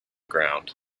ground